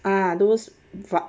ah those